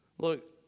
Look